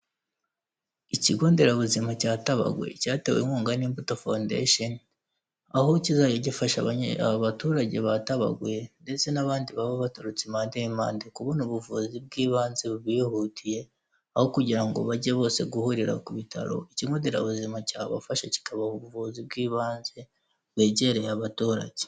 Ikigo nderabuzima cyatabagwe cyatewe inkunga n'imbuto foundation, aho kizajya gifasha aba baturagetabaguye ndetse n'abandi baba baturutse impande n'impande, kubona ubuvuzi bw'ibanze bu bihutiye aho kugira ngo bajye bose guhurira ku bitaro. Ikigo nderabuzima cyabafasha kikabaha ubuvuzi bw'ibanze bwegereye abaturage.